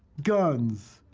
guns,